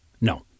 No